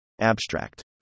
Abstract